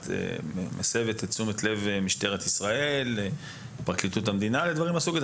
את מסבה את תשומת הלב של משטרת ישראל ואת פרקליטות המדינה במקרה כזה?